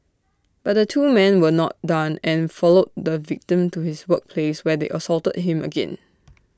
but the two men were not done and followed the victim to his workplace where they assaulted him again